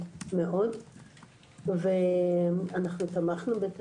שתי נקודות מאוד חשובות בעניין הזה.